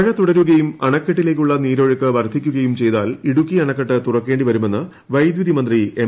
മഴ തുടരുക്യും അണക്കെട്ടിലേക്കുള്ള നീരൊഴുക്ക് വർദ്ധിക്കുകയും ചെയ്താൽ ഇടുക്കി അണക്കെട്ട് തുറക്കേണ്ടി വരുമെന്ന് വൈദ്യുതിമന്ത്രി എം